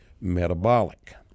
metabolic